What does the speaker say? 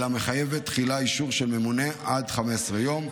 אלא מחייבת תחילה אישור של ממונה עד 15 יום,